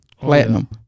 platinum